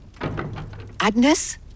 Agnes